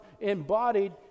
embodied